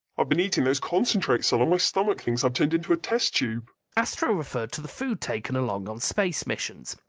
i've been eating those concentrates so long my stomach thinks i've turned into a test tube. astro referred to the food taken along on space missions.